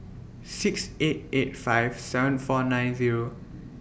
six eight eight five seven four nine Zero